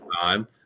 time